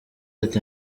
ati